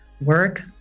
work